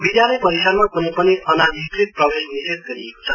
विधालय परिसरमा कुनै पनि अनधिकृल प्रवेश निषेध गरिएको छ